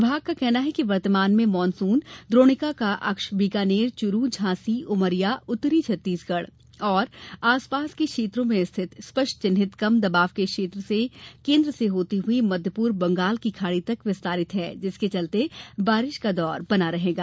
विभाग का कहना है कि वर्तमान में मानसून द्रोणिका का अक्ष बीकानेर चुरु झांसी उमरिया उत्तरी छतीसगढ़ और आसपास के क्षेत्रों में रिथित स्पष्ट चिन्हित कम दवाब क्षेत्र के केन्द्र से होती हुई मध्यपूर्व बंगाल की खाड़ी तक विस्तारित है जिसके चलते बारिश का दौर जारी रहेगा